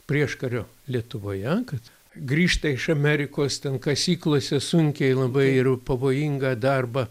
prieškario lietuvoje kad grįžta iš amerikos ten kasyklose sunkiai labai ir pavojingą darbą